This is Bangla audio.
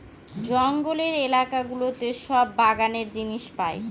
জঙ্গলের এলাকা গুলোতে সব বাগানের জিনিস পাই